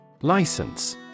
License